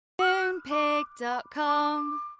Moonpig.com